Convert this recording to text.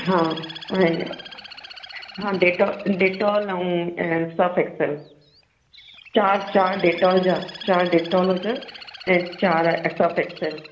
हा ऐं हा डेटॉल डेटॉल ऐं सर्फ एक्सल चारि चारि डेटॉल जा चारि डेटॉल विझो ऐं चारि सर्फ एक्सल